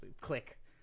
click